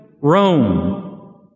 Rome